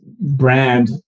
brand